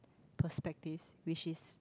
perspectives which is